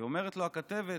אומרת לו הכתבת,